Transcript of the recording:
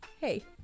Hey